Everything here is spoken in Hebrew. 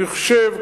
אני חושב,